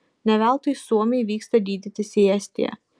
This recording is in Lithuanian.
ne veltui suomiai vyksta gydytis į estiją